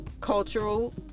cultural